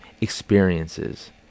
experiences